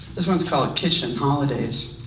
this one's called kitchen holidays.